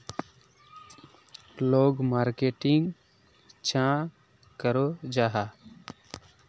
लोग मार्केटिंग चाँ करो जाहा?